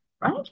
right